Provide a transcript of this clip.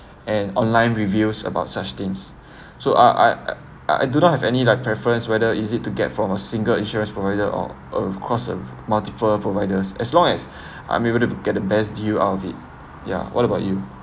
and online reviews about such things so I I I do not have any like preference whether is it to get from a single insurance provider or across a multiple providers as long as I'm able to get the best deal out of it ya what about you